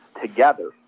together